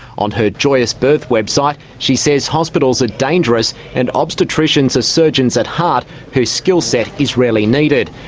on her joyous birth website she says hospitals are dangerous and obstetricians are surgeons at heart whose skill-set is rarely needed.